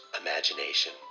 imagination